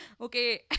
Okay